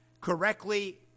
correctly